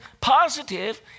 positive